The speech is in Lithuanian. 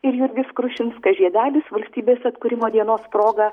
ir jurgis krušinskas žiedelis valstybės atkūrimo dienos proga